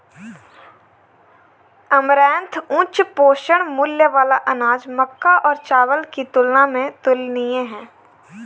amaranth उच्च पोषण मूल्य वाला अनाज मक्का और चावल की तुलना में तुलनीय है